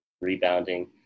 rebounding